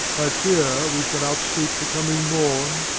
i fear we shall out-sleep the coming morn,